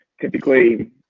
Typically